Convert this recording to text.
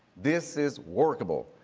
this is workable.